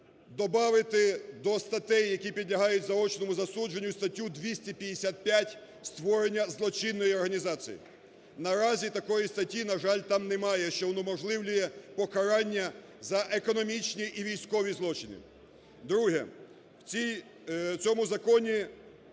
добавити до статей, які підлягають заочному засудженню, статтю 255 "Створення злочинної організації". Наразі такої статті, на жаль, там немає, що унеможливлює покарання за економічні і військові злочини. Друге: в цьому законі